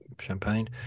champagne